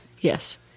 Yes